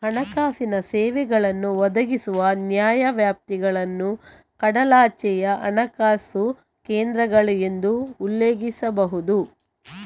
ಹಣಕಾಸಿನ ಸೇವೆಗಳನ್ನು ಒದಗಿಸುವ ನ್ಯಾಯವ್ಯಾಪ್ತಿಗಳನ್ನು ಕಡಲಾಚೆಯ ಹಣಕಾಸು ಕೇಂದ್ರಗಳು ಎಂದು ಉಲ್ಲೇಖಿಸಬಹುದು